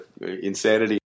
insanity